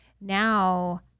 Now